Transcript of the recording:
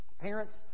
Parents